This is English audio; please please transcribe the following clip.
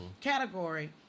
category